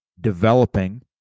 developing